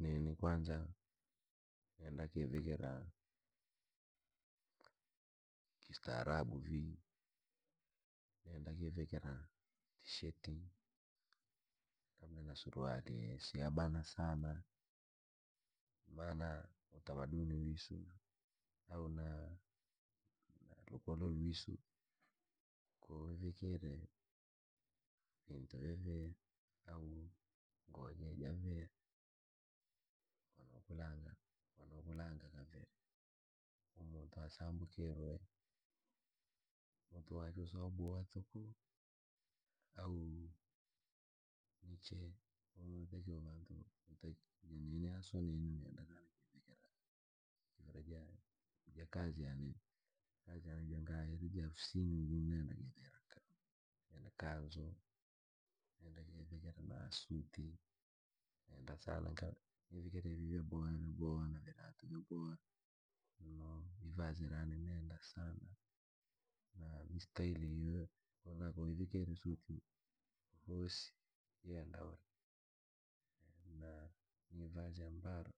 Nini kwanza, nenda kiviikira, kiistaraba vii, nenda kiivikira, tisheti labda na suruali ye isiyabana sana, maana utamaduni wiisu, au na- nalukolo lwisu, ko wivikire, vintu vyaviha, au ingoo je ja viha, vanokulaanga, vanokulaanga kaviri. Umuntu asambukirwe, mutwe wachwe si waboha tuku, au, ni chee, wo takiwa vantu wo utaki je nini niaso nini nenda kuivikira, jivira jare jakazi yane, kazi yaane jangale ja ofisini ja jii nenda nkano kivikira ja kanzo vii, nivikire suti, nenda sana nka- niivikire ivi vyaboha vyaboha, viratu vyaboha, no ivazi la ni ninenda sana, na ni stairi yo kova wivikire suti hohosi, yenda uri, na ni ivazi ambalo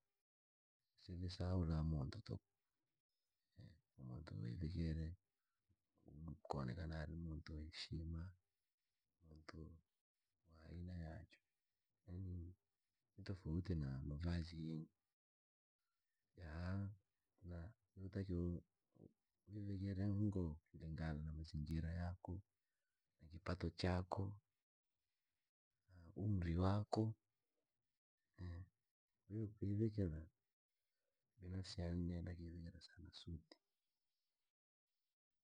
sirisaula munta tuku, umuntu ve vikire, koonekana ari muntu mwe ana heshima, muntu, wa aina yachwe yaani, ni tofauti na mavazi jingi, ja na yotakiwa u- u- uivikire ngoo kulingana na mazingira yaako, na kipato chako, na umri wako, kwahiyo kivikira, nenda kivikira sana suti.